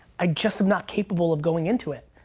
i just am not capable of going into it.